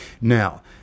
Now